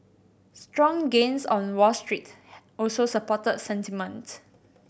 strong gains on Wall Street also supported sentiment